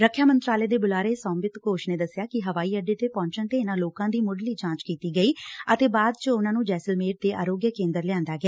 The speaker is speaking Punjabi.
ਰੱਖਿਆ ਮੰਤਰਾਲੇ ਦੇ ਬੁਲਾਰੇ ਸੋਮਬਿਤ ਘੋਸ਼ ਨੇ ਦਸਿਆ ਕਿ ਹਵਾਈ ਅੱਡੇ ਤੇ ਪਹੁੰਚਣ ਤੇ ਇਨੂਾਂ ਲੋਕਾਂ ਦੀ ਮੁੱਢਲੀ ਜਾਂਚ ਕੀਤੀ ਗਈ ਅਤੇ ਬਾਅਦ ਚ ਉਨ੍ਹਾ ਨੂੰ ਜੈਸਲਮੇਰ ਦੇ ਆਰੋਗਿਆ ਕੇਂਦਰ ਲਿਆਂਦਾ ਗਿਆ